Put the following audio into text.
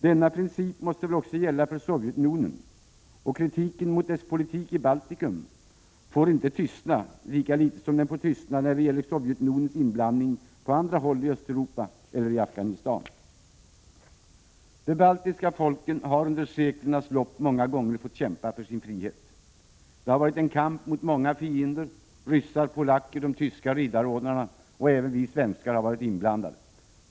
Denna princip måste väl också gälla för Sovjetunionen, och kritiken mot dess politik i Balticum får inte tystna, lika litet som den får det när det gäller Sovjetunionens inblandning på andra håll i Östeuropa eller i Afghanistan. De baltiska folken har under seklernas lopp många gånger fått kämpa för sin frihet. Det har varit en kamp mot många fiender; ryssar, polacker, de tyska riddarordnarna och även vi svenskar har varit inblandade.